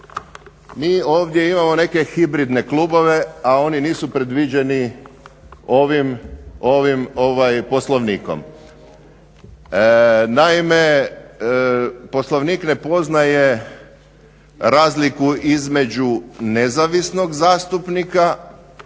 Mi ovdje imamo neke hibridne klubove a oni nisu predviđeni ovim Poslovnikom. Naime, Poslovnik ne poznaje razliku između nezavisnog zastupnika,